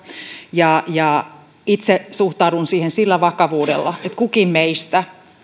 ja ja itse suhtaudun siihen sillä vakavuudella että kukin meistä